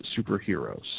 superheroes